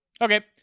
Okay